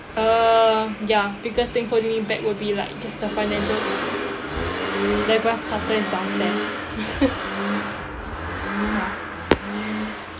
uh ya biggest thing holding me back would be like just the financial the grass cutter is downstairs ya